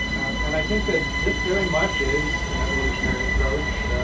and i think that this very much is an evolutionary approach.